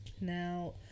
Now